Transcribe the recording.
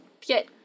get